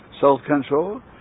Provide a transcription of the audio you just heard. self-control